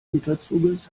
güterzuges